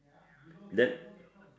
then